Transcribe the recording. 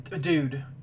Dude